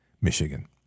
Michigan